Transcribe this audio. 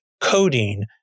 codeine